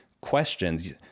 questions